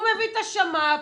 הוא מביא את השמ"פ,